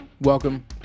Welcome